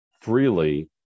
freely